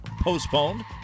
postponed